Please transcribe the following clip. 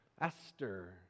Esther